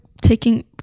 taking